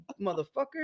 motherfucker